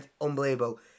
unbelievable